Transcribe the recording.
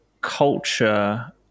culture